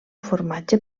formatge